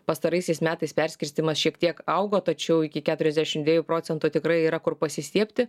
pastaraisiais metais perskirstymas šiek tiek augo tačiau iki keturiasdešim dviejų procentų tikrai yra kur pasistiebti